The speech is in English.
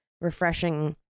refreshing